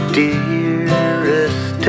dearest